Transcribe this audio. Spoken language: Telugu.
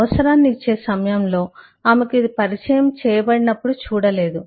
అవసరాన్ని ఇచ్చే సమయంలో ఆమెకు ఇది పరిచయం చేయబడినప్పుడు చూడలేదు